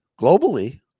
globally